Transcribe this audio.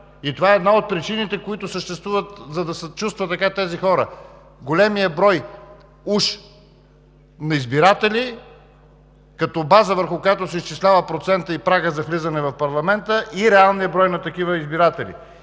И това е една от причините, за да се чувстват така тези хора – голям брой уж избиратели като база, върху която се изчисляват процентът и прагът за влизане в парламента, и реалният брой на такива избиратели.